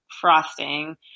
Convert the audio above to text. frosting